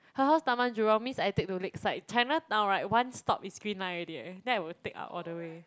her house Taman-Jurong means I take to Lakeside Chinatown right one stop is green line already eh then I'll take up all the way